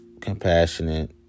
compassionate